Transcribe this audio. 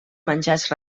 menjars